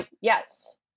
Yes